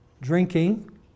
drinking